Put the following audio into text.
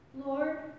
Lord